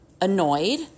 annoyed